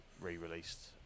re-released